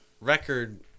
record